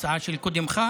בהצעה של קודמך?